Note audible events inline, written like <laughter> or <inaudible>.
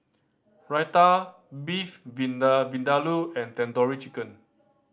Raita Beef <unintelligible> Vindaloo and Tandoori Chicken